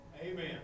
Amen